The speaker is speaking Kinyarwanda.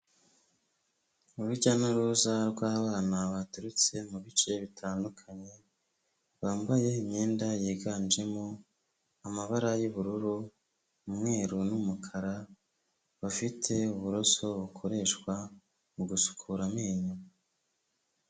Urujya n'uruza rw'abana baturutse mu bice bitandukanye, bambaye imyenda yiganjemo amabara y'ubururu, umweru n'umukara, bafite uburoso bukoreshwa mu gusukura amenyo.